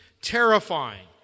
terrifying